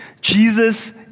Jesus